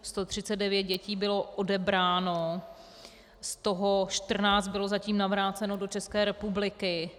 139 dětí bylo odebráno, z toho 14 bylo zatím navráceno do České republiky.